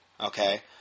Okay